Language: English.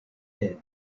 pit